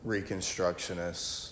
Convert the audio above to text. Reconstructionists